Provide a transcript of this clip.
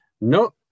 no –